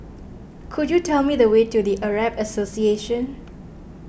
could you tell me the way to the Arab Association